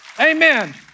amen